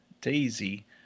Daisy